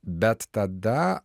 bet tada